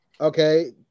Okay